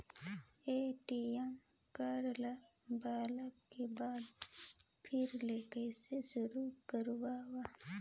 ATM card ल block के बाद फिर ले कइसे शुरू करव?